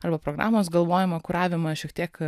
arba programos galvojimą kuravimą šiek tiek